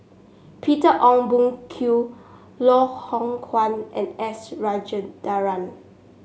Peter Ong Boon Kwee Loh Hoong Kwan and S Rajendran